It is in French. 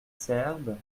serbes